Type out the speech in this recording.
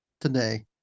today